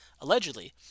allegedly